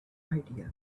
idea